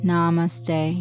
Namaste